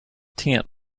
tent